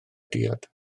diod